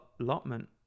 Allotment